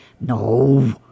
No